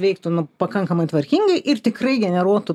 veiktų nu pakankamai tvarkingai ir tikrai generuotų